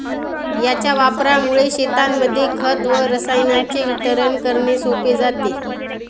याच्या वापरामुळे शेतांमध्ये खत व रसायनांचे वितरण करणे सोपे जाते